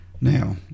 Now